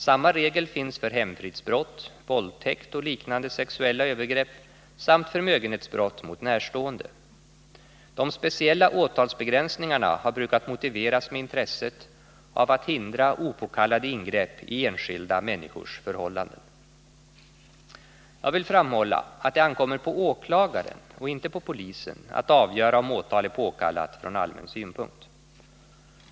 Samma regel finns för hemfridsbrott, våldtäkt och liknande sexuella övergrepp samt för förmögenhetsbrott mot närstående. De speciella åtalsbegränsningarna har brukat motiveras med intresset av att hindra opåkallade ingrepp i enskilda människors förhållanden. Jag vill framhålla att det ankommer på åklagaren och inte på polisen att avgöra om åtal är påkallat från allmän synpunkt.